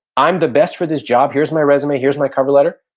i'm the best for this job. here's my resume, here's my cover letter.